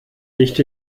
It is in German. nicht